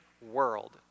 world